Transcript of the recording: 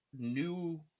new